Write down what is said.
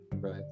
Right